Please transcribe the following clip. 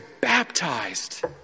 baptized